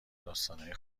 داستانای